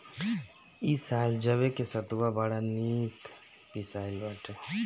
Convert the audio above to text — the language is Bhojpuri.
इ साल जवे के सतुआ बड़ा निक पिसाइल बाटे